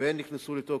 והן נכנסו לתוקף,